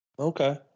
Okay